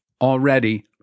Already